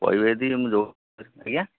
କହିବେ ଯଦି ମୁଁ ଆଜ୍ଞା